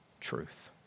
truth